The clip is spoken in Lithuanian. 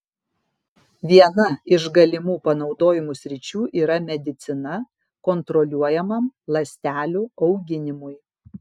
viena iš galimų panaudojimo sričių yra medicina kontroliuojamam ląstelių auginimui